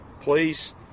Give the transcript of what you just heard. Please